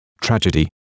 tragedy